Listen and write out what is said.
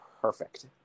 perfect